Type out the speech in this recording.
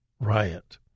riot